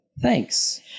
thanks